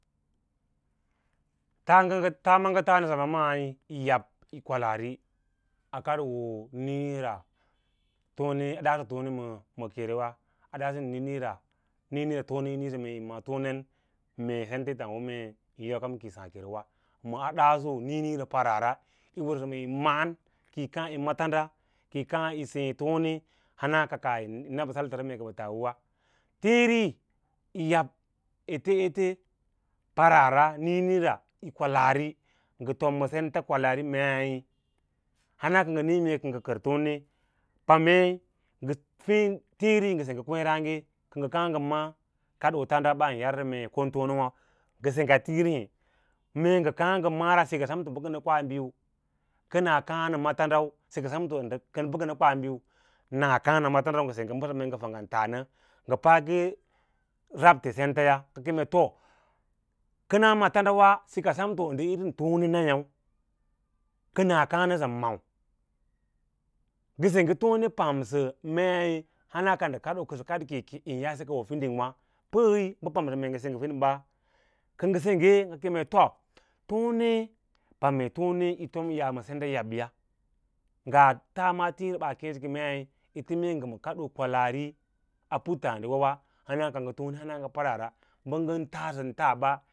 Taa mra ngə tas səba maí yi yab yí kwalaari akadoo níínííra a dasso tone ma ke ne wava a daaso nǐǐnǐǐ ra nǐǐnǐǐ tone yi nǐǐsə mee ya’maa tonenwâ mee senta ton wo mee kaan ki yi saa! Kenewa, ma adaaso nǐǐnǐǐra paraara sam yi maãn kiyi ma tanda, ki ka’s’ yi seẽ tone hana ka kaah yi na ɓə saltəra mee kə ɓə tas auwe wa tíí ri yi yab elfe ete yaraara níí nííra yi yab kwalaarí masenta kwalaari meí hana níí mee ko ngə kən tone pammeé tíire ngə sengge kwěêrâya kə ngə kaà ngə ma tanda u yarrə kon tone wàu ngə sen tííirí he mee ngə kaã ngə me’ana síka samto bə kənə kwa bíu kəna kǎǎ nə ma tau dau síka samto bə kənə kwa bíu naa kǎsnə ma tanda rau, ngə sengge bəss njə fang ta ngə paako rabte sentays renaa ma tandawa sika samto ndə īrín tone nya kəna kaã nəsən mau ngə sengge tone pan sə meé han ka ndə kaɗoo sə kas ko ke keke ê yaabe ta wa fiding wa, pəi bə pam sə kə ngə sengge fini ba kə ngə sengge ngə keme to tone pam mee tone yō tom yaa ma sinɗa yabya ngaa tama tííri yadda ba keẽ kakkaya mei mee ngə kadoo kwalaari a puttǎǎdiwa hama ka ngə tone hama ngə paraara bə ngən taapa sən tas ɓa.